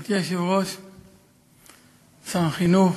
שר החינוך,